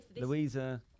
Louisa